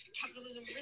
Capitalism